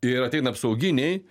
ir ateina apsauginiai